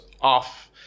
off